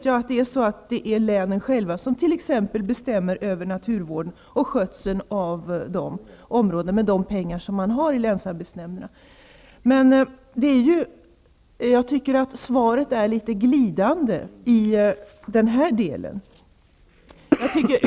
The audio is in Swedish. Jag vet att länen själva bestämmer över t.ex. naturvården och skötsel av områden med de pengar som man har i länsarbetsnämnderna. Jag tycker att svaret är litet glidande i den här delen.